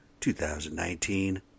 2019